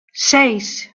seis